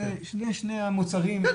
אלה שני המוצרים שיכולים --- כן,